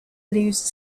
lose